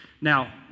Now